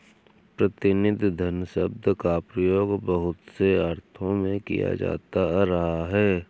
प्रतिनिधि धन शब्द का प्रयोग बहुत से अर्थों में किया जाता रहा है